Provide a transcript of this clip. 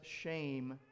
shame